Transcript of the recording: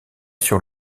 sur